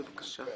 בבקשה.